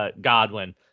Godwin